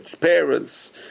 parents